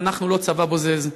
ואנחנו לא צבא בוזז.